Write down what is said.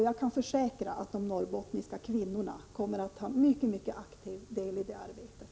Jag kan försäkra att de norrbottniska kvinnorna kommer att ta mycket aktiv del i det arbetet.